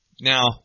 Now